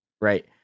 right